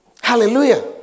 Hallelujah